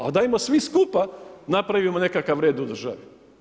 A dajmo svi skupa napravimo nekakav red u državi.